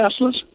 Teslas